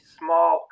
small